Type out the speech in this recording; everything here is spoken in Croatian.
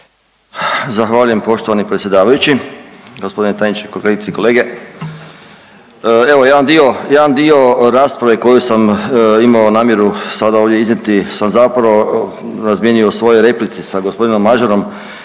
Zahvaljujem poštovani predsjedavajući, g. tajniče, kolegice i kolege. Evo jedan dio, jedan dio rasprave koju sam imao namjeru sada ovdje iznijeti sam zapravo razmijenio u svojoj replici sa g. Mažarom